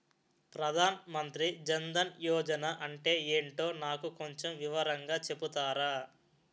ప్రధాన్ మంత్రి జన్ దన్ యోజన అంటే ఏంటో నాకు కొంచెం వివరంగా చెపుతారా?